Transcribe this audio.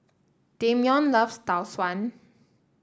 Dameon loves Tau Suan